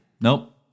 Nope